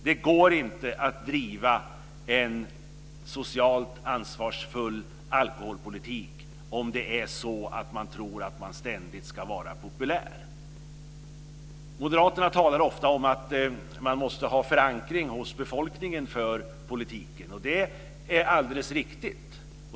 Det går inte att driva en socialt ansvarsfull alkoholpolitik om det är så att man tror att man ständigt ska vara populär. Moderaterna talar ofta om att man måste ha en förankring hos befolkningen för politiken. Det är alldeles riktigt.